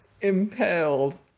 impaled